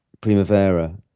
primavera